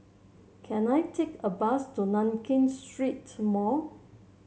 can I take a bus to Nankin Street Mall